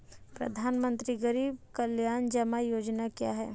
प्रधानमंत्री गरीब कल्याण जमा योजना क्या है?